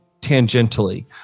tangentially